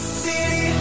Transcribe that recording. city